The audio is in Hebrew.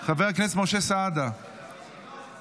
חבר הכנסת משה סעדה, מוותר,